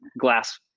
glass